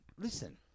listen